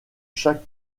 chaque